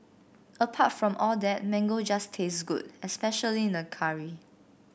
apart from all that mango just tastes good especially in a curry